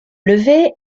levai